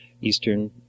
eastern